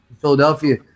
Philadelphia